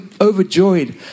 overjoyed